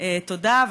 תודה.